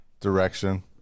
direction